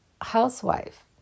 housewife